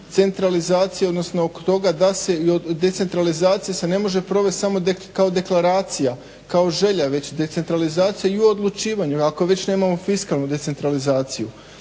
centralizacije odnosno toga da se i od decentralizacije se ne može provest samo kao deklaracija, kao želja već decentralizacija i u odlučivanju ako već nemamo fiskalnu decentralizaciju.